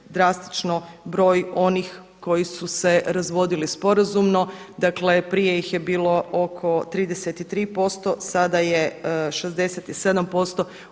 drastično broj onih koji su se razvodili sporazumno. Dakle prije ih je bilo oko 33%, sada je 67%